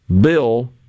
bill